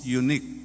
unique